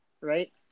right